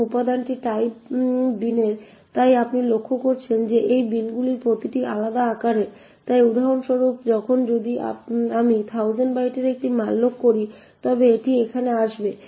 এবং উপাদানটি টাইপ বিনের তাই আপনি লক্ষ্য করেছেন যে এই বিনগুলির প্রতিটি আলাদা আকারের তাই উদাহরণস্বরূপ এখন যদি আমি 1000 বাইটের একটি ম্যালোক করি তবে এটি এখানে আসবে